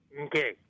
Okay